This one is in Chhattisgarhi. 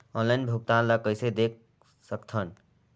ऑनलाइन भुगतान ल कइसे देख सकथन?